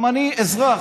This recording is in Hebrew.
גם אני אזרח.